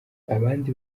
abandi